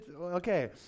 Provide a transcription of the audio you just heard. okay